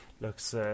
looks